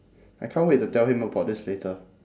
I can't wait to tell him about this later